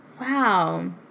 Wow